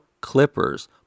Clippers